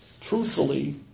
truthfully